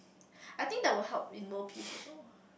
I think that would help in world peace also